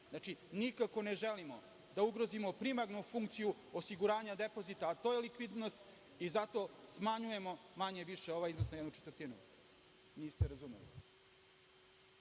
nikako ne želimo da ugrozimo primarnu funkciju osiguranja depozita, a to je likvidnost i zato smanjujemo, manje-više ovaj iznos na jednu četvrtinu. Niste razumeli.